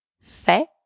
fait